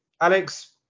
Alex